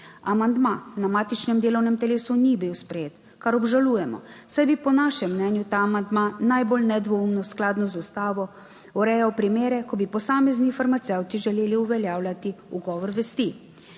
Amandma na matičnem delovnem telesu ni bil sprejet, kar obžalujemo, saj bi po našem mnenju ta amandma najbolj nedvoumno skladno z Ustavo urejal primere, ko bi posamezni farmacevti želeli uveljavljati ugovor vesti.